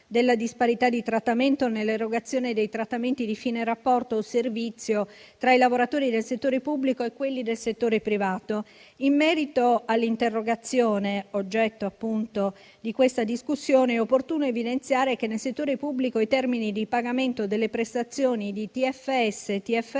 della disparità di trattamento nell'erogazione dei trattamenti di fine rapporto o servizio tra i lavoratori del settore pubblico e quelli del settore privato. In merito all'interrogazione oggetto di questa discussione, è opportuno evidenziare che nel settore pubblico i termini di pagamento delle prestazioni di TFS e TFR